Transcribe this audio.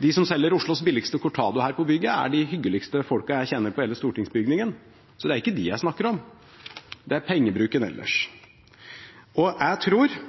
De som selger Oslos billigste cortado her på bygget, er de hyggeligste folka jeg kjenner i hele stortingsbygningen. Det er ikke dem jeg snakker om, men det er pengebruken ellers. Jeg tror